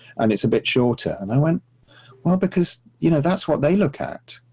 and it's a bit shorter. and i went well because, you know, that's what they look at.